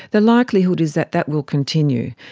the likelihood is that that will continue.